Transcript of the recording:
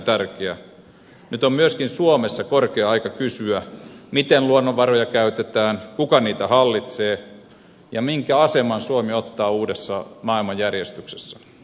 nyt on myöskin suomessa korkea aika kysyä miten luonnonvaroja käytetään kuka niitä hallitsee ja minkä aseman suomi ottaa uudessa maailmanjärjestyksessä